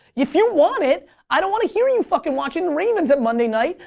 if you want it i don't want to hear you fucking watching ravens at monday night,